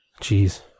Jeez